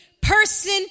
person